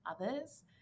others